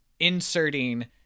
inserting